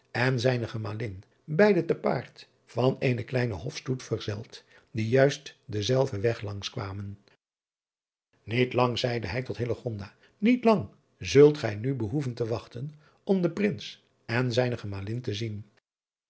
en zijne emalin beide te paard van eenen kleinen ofstoet verzeld die juist denzelfden weg langs kwamen iet lang zeide hij tot niet lang zult gij nu behoeven te wachten om den rins en zijne emalin te zien